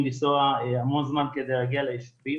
לנסוע המון זמן על מנת להגיע לישובים